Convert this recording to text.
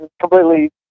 completely